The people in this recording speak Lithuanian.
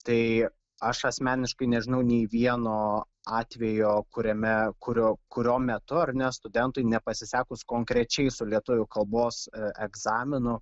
tai aš asmeniškai nežinau nei vieno atvejo kuriame kurio kurio metu ar ne studentui nepasisekus konkrečiai su lietuvių kalbos egzaminu